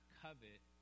covet